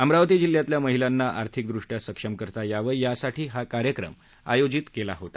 अमरावती जिल्ह्यातल्या महिलांना आर्थिकदृष्ट्या सक्षम करता यावं यासाठी हा कार्यक्रम आयोजित केला होता